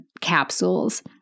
capsules